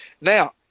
Now